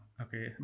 Okay